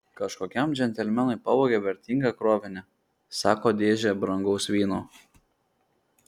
kažkokiam džentelmenui pavogė vertingą krovinį sako dėžę brangaus vyno